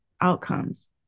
outcomes